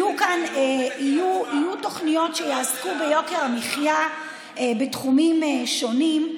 יהיו כאן תוכניות שיעסקו ביוקר המחיה בתחומים שונים.